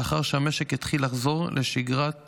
לאחר שמשק יתחיל לחזור לשגרת עבודה.